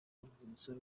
urwibutso